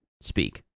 speak